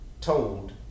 told